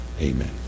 Amen